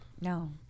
No